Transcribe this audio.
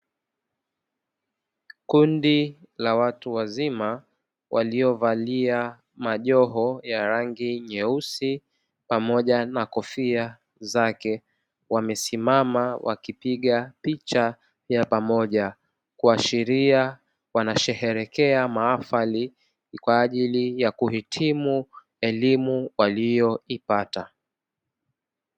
Kundi la watu wazima waliyovalia majiho ya rangi nyeusi pamoja na kofia zake wamesimama wakipiga picha ya pamoja, kuaashiria wanasheherekea mahafali kwa ajili ya kuhitimu elimu waliyoipata.